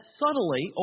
subtly